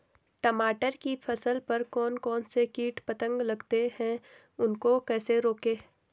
टमाटर की फसल पर कौन कौन से कीट पतंग लगते हैं उनको कैसे रोकें?